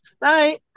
bye